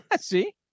see